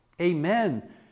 Amen